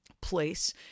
place